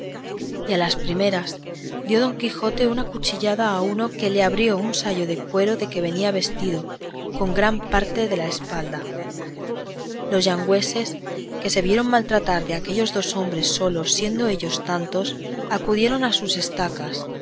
a las primeras dio don quijote una cuchillada a uno que le abrió un sayo de cuero de que venía vestido con gran parte de la espalda los gallegos que se vieron maltratar de aquellos dos hombres solos siendo ellos tantos acudieron a sus estacas